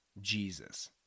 Jesus